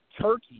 Turkey